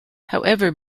however